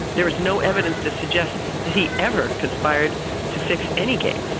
there is no evidence to suggest that he ever conspired to fix any games.